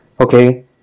Okay